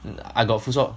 mm I got futsal